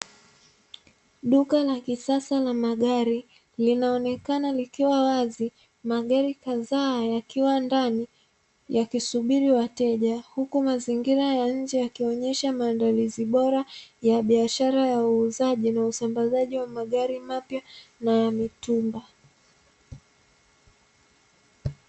Duka la kisasa la magari, linaonekana likiwa wazi. Magari kadhaa yakiwa ndani yakisubiri wateja, huku mazingira ya nje yakionesha maandalizi bora ya biashara ya uuzaji na usambazaji wa magari mapya na mitumba.